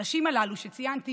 האנשים הללו שציינתי